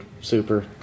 super